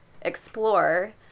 explore